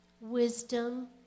wisdom